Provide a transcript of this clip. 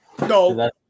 No